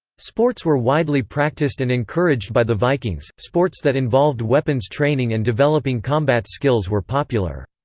sports were widely practised and encouraged by the vikings. sports that involved weapons training and developing combat skills were popular.